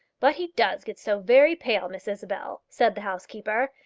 but he does get so very pale, miss isabel, said the housekeeper.